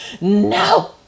no